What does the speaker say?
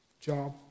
Job